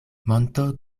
monto